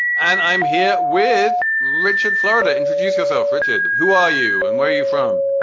and i'm here with richard, florida. introduce yourself, richard. who are you and where are you from?